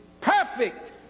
perfect